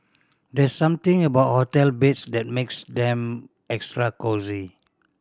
there's something about hotel beds that makes them extra cosy